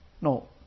No